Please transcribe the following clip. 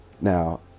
now